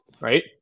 right